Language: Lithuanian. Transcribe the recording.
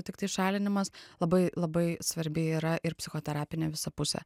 tiktai šalinimas labai labai svarbi yra ir psichoterapinė visa pusė